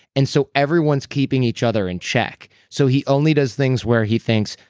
and so everyone's keeping each other in check so he only does things where he thinks,